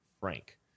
Frank